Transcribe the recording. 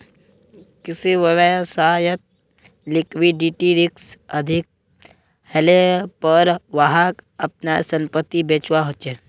किसी व्यवसायत लिक्विडिटी रिक्स अधिक हलेपर वहाक अपनार संपत्ति बेचवा ह छ